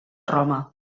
roma